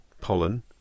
pollen